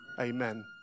Amen